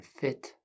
fit